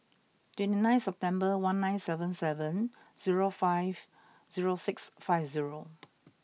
twenty nine September one nine seven seven zero five zero six five zero